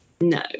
no